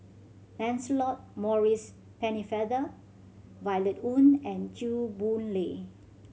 Lancelot Maurice Pennefather Violet Oon and Chew Boon Lay